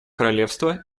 королевства